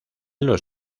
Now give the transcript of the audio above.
los